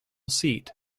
seat